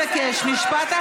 אני מאוד מכבד אותך,